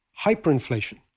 hyperinflation